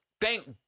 thank